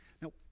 now